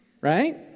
Right